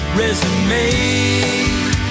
resume